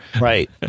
Right